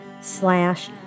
slash